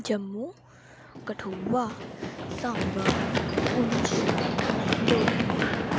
Jammu Kathua Samba Poonch Doda